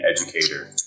educator